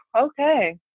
Okay